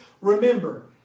remember